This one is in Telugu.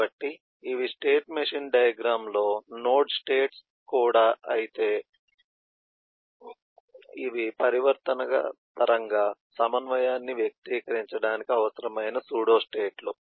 కాబట్టి ఇవి స్టేట్ మెషిన్ డయాగ్రమ్ లో నోడ్ స్టేట్స్ కూడా అయితే ఇవి పరివర్తన పరంగా సమన్వయాన్ని వ్యక్తీకరించడానికి అవసరమైన సూడోస్టేట్లు